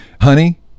Honey